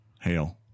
Hail